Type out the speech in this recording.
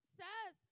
says